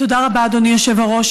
תודה רבה, אדוני היושב-ראש.